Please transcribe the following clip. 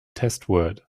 testword